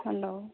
hello